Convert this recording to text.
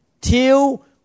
till